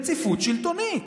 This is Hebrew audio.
רציפות שלטונית?